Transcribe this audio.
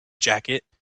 jacket